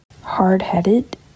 hard-headed